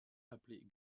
appelée